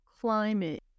climate